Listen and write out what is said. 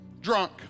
drunk